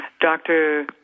Dr